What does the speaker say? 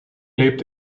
lebt